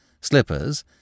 slippers